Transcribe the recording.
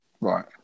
right